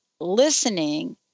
listening